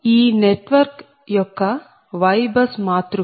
ఈ నెట్వర్క్ యొక్క YBus మాతృక